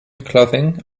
clothing